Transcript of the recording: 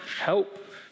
help